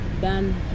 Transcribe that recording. done